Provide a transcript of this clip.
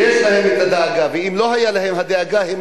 אין להם שום דאגה לאסירים